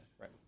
Right